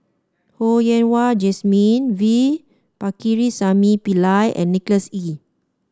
Ho Yen Wah Jesmine V Pakirisamy Pillai and Nicholas Ee